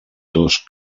dos